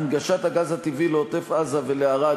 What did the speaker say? הנגשת הגז הטבעי לעוטף-עזה ולערד,